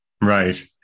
Right